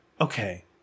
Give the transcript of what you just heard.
Okay